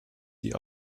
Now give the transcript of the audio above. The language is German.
die